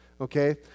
okay